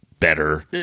better